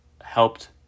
helped